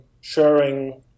sharing